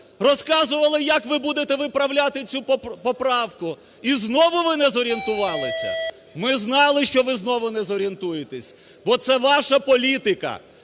розказували, як ви будете виправляти цю поправку. І знову ви не зорієнтувались? Ми знали, що ви знову не зорієнтуєтесь. Бо це ваша політика,